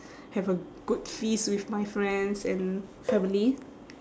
have a good feast with my friends and family